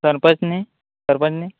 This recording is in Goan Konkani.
सरपंच न्ही सरपंच न्ही